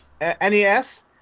NES